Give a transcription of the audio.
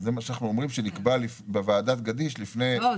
זה מה שאנחנו אומרים שנקבע בוועדת גדיש --- לא.